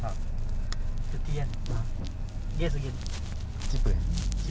tak dia aku beli dua cutting yang kau tahu yang there's boot that centre lace and side lace